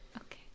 Okay